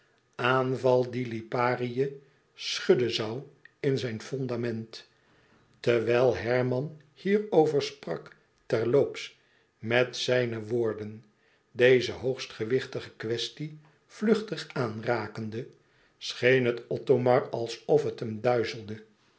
aanval die liparië schudden zoû in zijn fondament terwijl herman hierover sprak ter loops met zijne woorden deze hoogst gewichtige quaestie vluchtig aanrakende scheen het othomar alsof het hem duizelde